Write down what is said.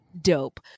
dope